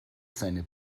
seine